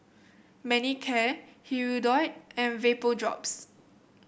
Manicare Hirudoid and Vapodrops